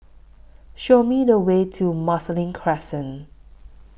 Show Me The Way to Marsiling Crescent